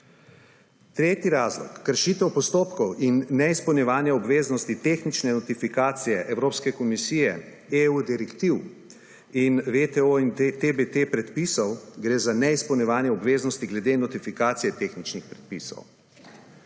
Tretji razlog – kršitev postopkov in neizpolnjevanje obveznosti tehnične notifikacije Evropske komisije EU direktiv in VTO in TBT predpisov gre za neizpolnjevanje obveznosti glede notifikacije tehničnih predpisov.